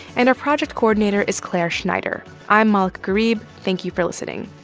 and our project coordinator is clare schneider. i'm malaka gharib. thank you for listening